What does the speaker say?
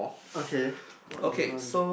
okay what do you want to